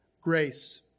grace